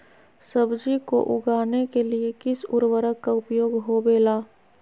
सब्जी को उगाने के लिए किस उर्वरक का उपयोग होबेला?